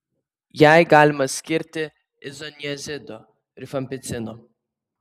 jai galima skirti izoniazido rifampicino